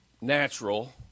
natural